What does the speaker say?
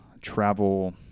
travel